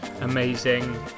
amazing